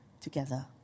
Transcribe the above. together